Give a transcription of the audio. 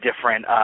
different